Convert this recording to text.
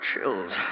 chills